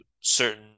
certain